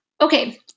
Okay